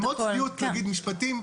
זה כמו צביעות להגיד משפטים,